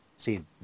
See